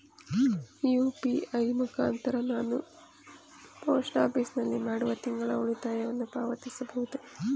UPI ಮುಖಾಂತರ ನಾನು post office ನಲ್ಲಿ ಮಾಡುವ ತಿಂಗಳ ಉಳಿತಾಯವನ್ನು ಪಾವತಿಸಬಹುದೇ?